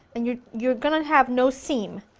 and you're you're going to have no seam.